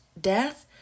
death